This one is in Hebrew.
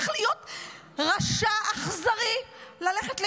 צריך להיות רשע אכזרי ללכת לאישה,